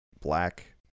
black